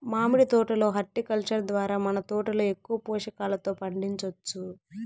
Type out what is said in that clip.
మామిడి తోట లో హార్టికల్చర్ ద్వారా మన తోటలో ఎక్కువ పోషకాలతో పండించొచ్చు